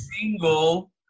single